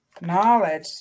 Knowledge